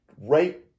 right